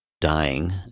dying